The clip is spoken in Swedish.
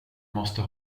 måste